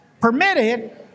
Permitted